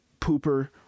pooper